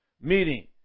Meaning